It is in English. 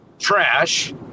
Trash